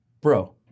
bro